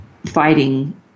fighting